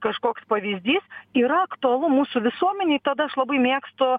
kažkoks pavyzdys yra aktualu mūsų visuomenėj tada aš labai mėgstu